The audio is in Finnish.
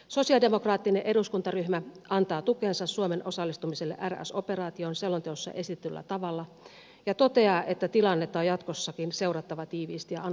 sosialidemokraattinen eduskuntaryhmä antaa tukensa suomen osallistumiselle rs operaatioon selonteossa esitetyllä tavalla ja toteaa että tilannetta on jatkossakin seurattava tiiviisti ja analyyttisesti